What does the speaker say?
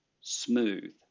smooth